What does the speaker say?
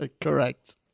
Correct